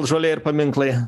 žolė ir paminklai